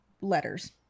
letters